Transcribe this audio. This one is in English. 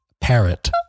Parrot